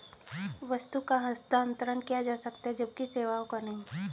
वस्तु का हस्तांतरण किया जा सकता है जबकि सेवाओं का नहीं